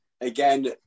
again